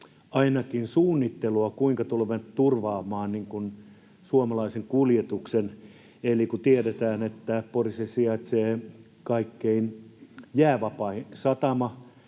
ainakin suunnittelua, kuinka tulemme turvaamaan suomalaisen kuljetuksen, kun tiedetään, että Porissa sijaitsee kaikkein jäävapain satama